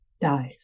dies